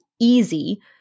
easy